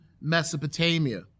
Mesopotamia